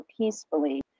peacefully